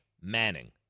Manning